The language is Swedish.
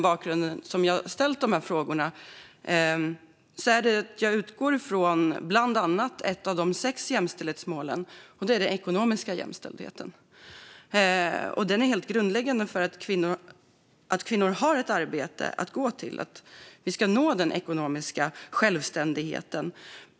Bakgrunden till att jag ställt dessa frågor är bland annat att ett av de sex jämställdhetsmålen är den ekonomiska jämställdheten. Det är helt grundläggande att kvinnor har ett arbete att gå till för att vi ska nå ekonomisk självständighet.